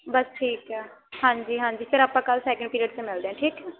ਬਸ ਠੀਕ ਆ ਹਾਂਜੀ ਹਾਂਜੀ ਫਿਰ ਆਪਾਂ ਕੱਲ੍ਹ ਸੈਕਿੰਡ ਪੀਰੀਅਡ 'ਚ ਮਿਲਦੇ ਹਾਂ ਠੀਕ